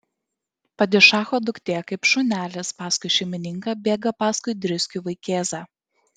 padišacho duktė kaip šunelis paskui šeimininką bėga paskui driskių vaikėzą